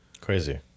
Crazy